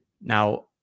Now